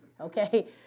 okay